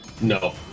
No